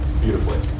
beautifully